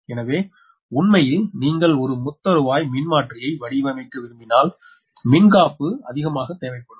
எனவே உண்மையில் நீங்கள் ஒரு முத்தருவாய் மின்மாற்றியை வடிவமைக்க விரும்பினால் மின்காப்பு அதிகமாக தேவைப்படும்